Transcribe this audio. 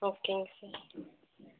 ஓகேங்க சார்